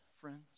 friends